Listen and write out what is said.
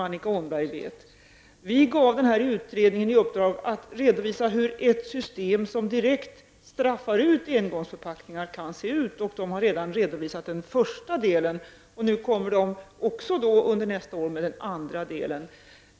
Regeringen gav den här utredningen i uppdrag att redovisa hur ett system som direkt straffar ut engångsförpackningar kan se ut. Utredningen har redan redovisat den första delen, och nästa år kommer den andra.